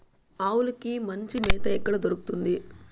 ఆవులకి మంచి మేత ఎక్కడ దొరుకుతుంది?